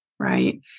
Right